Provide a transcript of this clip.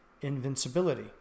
invincibility